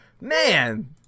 Man